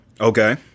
Okay